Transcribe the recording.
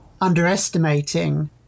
underestimating